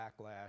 backlash